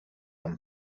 amb